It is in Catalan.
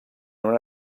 una